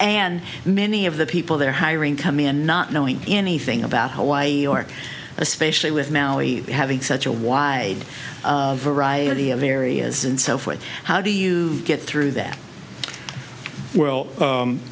and many of the people they're hiring come in not knowing anything about hawaii york especially with molly having such a wide variety of areas and so forth how do you get through that well